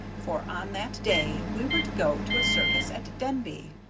for on that day we were to go to a circus at denby,